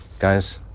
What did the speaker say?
guys,